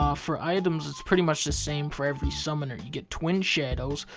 um for items, it's pretty much the same for every summoner. you get twin shadows,